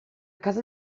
casa